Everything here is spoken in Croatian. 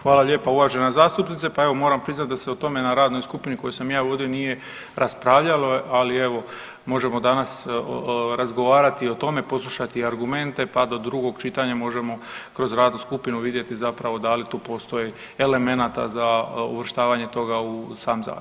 Hvala lijepa uvažena zastupnice, pa evo moram priznati da se o tome na radnoj skupini koju sam ja vodio nije raspravljalo, ali evo možemo danas razgovarati i o tome, poslušati argumente pa do drugog čitanja možemo kroz radnu skupinu vidjeti da li tu postoji elemenata za uvrštavanje toga u sam zakon.